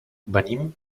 venim